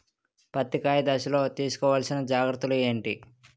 పత్తి కాయ దశ లొ తీసుకోవల్సిన జాగ్రత్తలు ఏంటి?